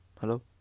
hello